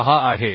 6आहे